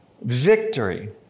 victory